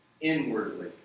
Inwardly